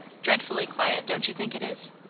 dreadfully quiet, don't you think it is?